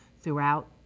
throughout